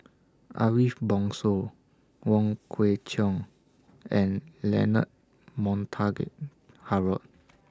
Ariff Bongso Wong Kwei Cheong and Leonard Montague Harrod